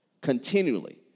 continually